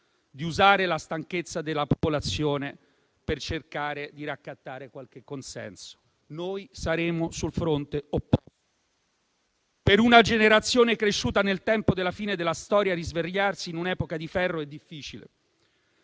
di usare la stanchezza della popolazione per cercare di raccattare qualche consenso. Noi saremo sul fronte opposto. Per una generazione cresciuta nel tempo della fine della storia risvegliarsi in un'epoca di ferro è difficile.